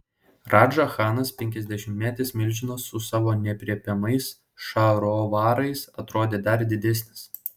radža chanas penkiasdešimtmetis milžinas su savo neaprėpiamais šarovarais atrodė dar didesnis